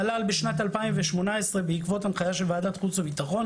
המל"ל בשנת 2018 בעקבות הנחייה של ועדת חוץ וביטחון